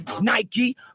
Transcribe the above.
Nike